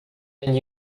and